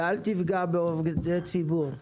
ואל תפגע בעובדי ציבור.